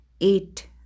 eight